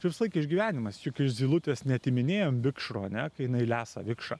čia visą laiką išgyvenimas juk iš zylutės neatiminėjam vikšro ane kai jinai lesa vikšrą